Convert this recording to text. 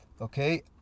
Okay